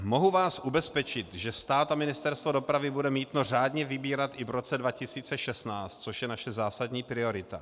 Mohu vás ubezpečit, že stát a Ministerstvo dopravy bude mýto řádně vybírat i v roce 2016, což je naše zásadní priorita.